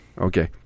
Okay